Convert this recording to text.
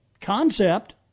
concept